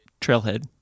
trailhead